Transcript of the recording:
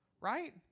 Right